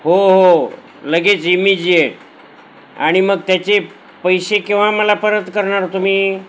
हो हो लगेच इमिजिएट आणि मग त्याचे पैसे केव्हा मला परत करणार तुम्ही